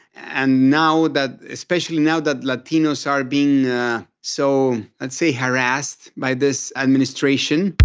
and now that especially now that latinos are being so i'd say harassed by this administration.